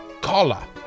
collar